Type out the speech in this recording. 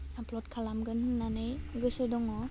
आपलड खालामगोन होन्नानै गोसो दङ